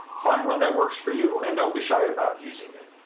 find one that works for you, and don't be shy about using it.